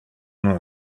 non